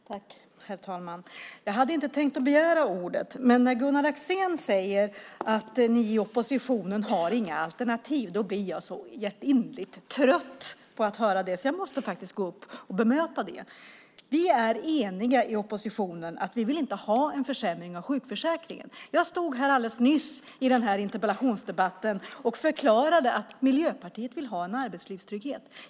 Herr talman! Jag hade inte tänkt begära ordet, men när Gunnar Axén säger att vi i oppositionen inte har några alternativ blir jag så hjärtinnerligt trött på att höra det att jag faktiskt måste gå upp och bemöta det. Vi är eniga i oppositionen om att vi inte vill ha en försämring av sjukförsäkringen. Jag stod här alldeles nyss i den här interpellationsdebatten och förklarade att Miljöpartiet vill ha en arbetslivstrygghet.